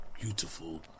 beautiful